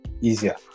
easier